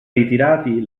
ritirati